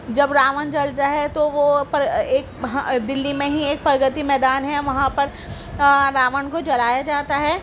جب راون جلتا ہے تو وہ پر ایک دلّی میں ہی ایک پرگتی میدان ہے وہاں پر راون کو جلایا جاتا ہے